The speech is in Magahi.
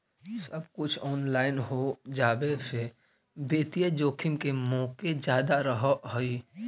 सब कुछ ऑनलाइन हो जावे से वित्तीय जोखिम के मोके जादा रहअ हई